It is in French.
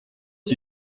dit